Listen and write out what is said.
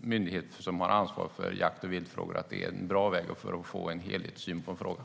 myndighet för jakt och viltfrågor är en bra väg att få en helhetssyn på frågan.